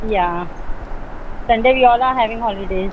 yah Sunday we all are having holidays